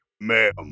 ma'am